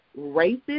racist